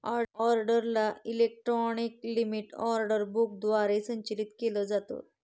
ऑर्डरला electronic limit order book द्वारे संचालित केलं जातं